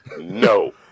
no